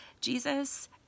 Jesus